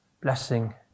Blessing